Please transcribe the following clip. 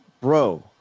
bro